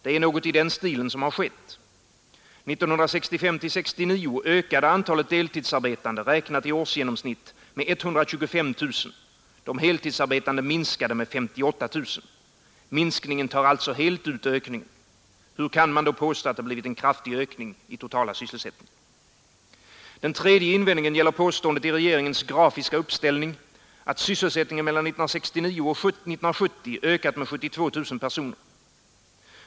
Det är något i den stilen som skett. 1965—1969 ökade antalet deltidsarbetande räknat i årsgenomsnitt med 125 000. De heltidsarbetande minskade med 58 000. Minskningen tar alltså helt ut ökningen i den totala sysselsättningen. Den tredje invändningen gäller påståendet i regeringens grafiska uppställning, att sysselsättningen mellan 1969 och 1970 ökat med 72 000 personer.